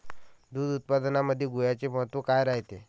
दूध उत्पादनामंदी गुळाचे महत्व काय रायते?